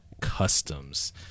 customs